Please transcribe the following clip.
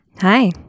Hi